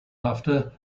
after